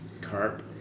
Carp